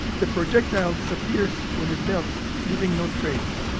the projectile disappears when it melts, leaving no trace.